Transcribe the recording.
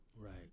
right